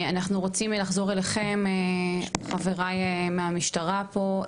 אנחנו רוצים לחזור אליכם, חבריי מהמשטרה פה.